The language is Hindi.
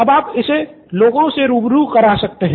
अब आप इससे लोगों को रूबरू करा सकते हैं